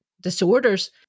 disorders